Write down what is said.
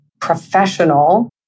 professional